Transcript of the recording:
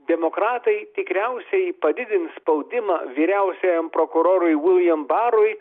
demokratai tikriausiai padidins spaudimą vyriausiajam prokurorui william barui